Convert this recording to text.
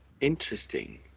interesting